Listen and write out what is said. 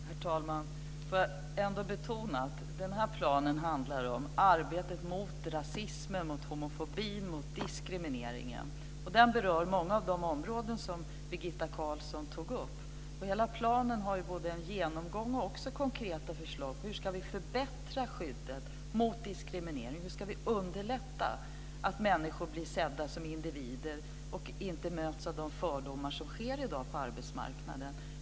Herr talman! Jag vill betona att planen handlar om arbetet mot rasismen, mot homofobin och mot diskrimineringen. Den berör många av de områden som Birgitta Carlsson tog upp. Hela planen har både en genomgång och också konkreta förslag på hur vi ska förbättra skyddet mot diskriminering och hur vi ska underlätta för människor att bli sedda som individer och inte mötas av de fördomar som finns i dag på arbetsmarknaden.